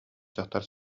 дьахтар